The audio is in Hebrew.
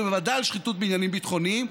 ובוודאי על שחיתות בעניינים ביטחוניים.